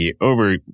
over